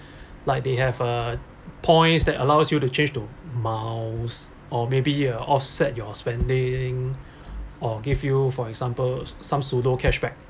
like they have a points that allows you to change to miles or maybe uh offset your spending or give you for example some sort of cash back